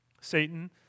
Satan